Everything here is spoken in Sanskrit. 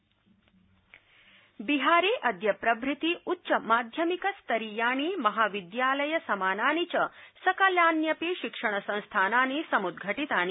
बिहारम् बिहारे अद्य प्रभृति उच्चमाध्यमिकस्तरीयाणि महाविद्यालय समानानि च सकलान्यपि शिक्षण संस्थानानि समुद्धटितानि